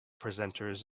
presenters